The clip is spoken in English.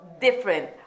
different